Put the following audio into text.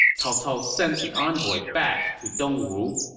cao cao sent the envoy back to dongwu